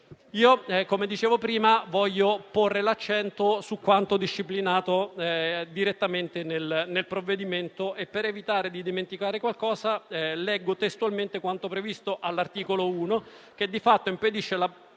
Come dicevo prima, voglio porre l'accento su quanto disciplinato direttamente nel provvedimento e, per evitare di dimenticare qualcosa, leggo testualmente quanto previsto all'articolo 1 del decreto-legge,